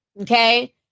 Okay